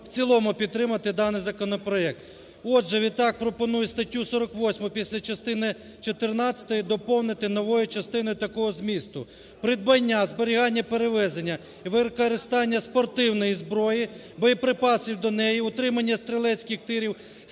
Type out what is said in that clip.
в цілому підтримати даний законопроект. Отже, відтак пропоную статтю 48 після частини чотирнадцятої доповнити новою частиною такого змісту: "Придбання, зберігання, перевезення і використання спортивної зброї, боєприпасів до неї, утримання стрілецьких тирів,